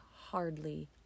hardly